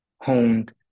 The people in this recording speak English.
honed